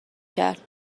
کرد